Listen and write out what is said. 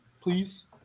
Please